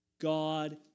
God